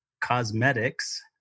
Cosmetics